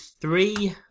three